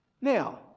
Now